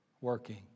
working